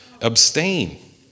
abstain